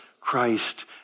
Christ